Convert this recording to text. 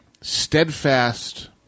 steadfast